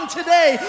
today